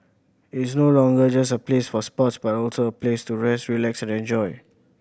it is no longer just a place for sports but also a place to rest relax and enjoy